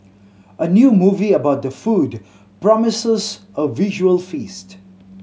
a new movie about the food promises a visual feast